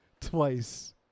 Twice